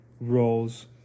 roles